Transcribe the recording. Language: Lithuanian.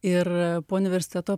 ir po universiteto